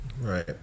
right